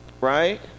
right